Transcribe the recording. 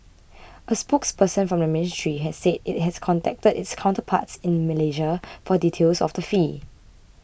a spokesperson from the ministry said it has contacted its counterparts in Malaysia for details of the fee